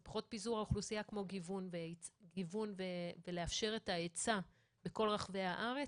זה פחות פיזור האוכלוסייה כמו גיוון בלאפשר את ההיצע בכל רחבי הארץ